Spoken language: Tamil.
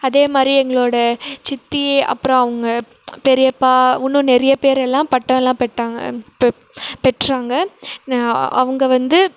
அதே மாதிரி எங்களோடய சித்தி அப்புறம் அவங்க பெரியப்பா இன்னும் நிறைய பேர் எல்லாம் பட்டோல்லா பெட்டாங்க பெற்றாங்க அவங்க வந்து